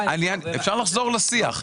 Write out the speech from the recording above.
אפשר לחזור לשיח.